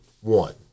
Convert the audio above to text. One